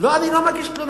לא, אני לא מגיש תלונה.